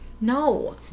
No